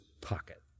pocket